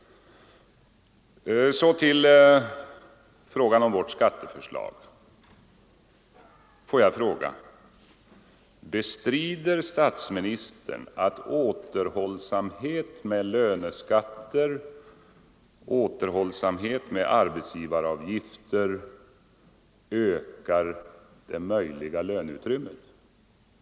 Så till frågan om centerns skatteförslag. Får jag fråga: Bestrider statsministern att återhållsamhet med löneskatter och med arbetsgivaravgifter ökar det möjliga löneutrymmet?